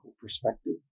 perspective